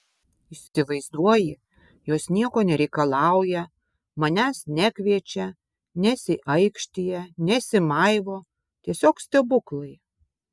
įsivaizduoji jos nieko nereikalauja manęs nekviečia nesiaikštija nesimaivo tiesiog stebuklai